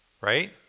right